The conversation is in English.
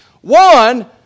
One